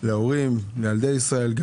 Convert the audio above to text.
להורים וגם לילדי ישראל.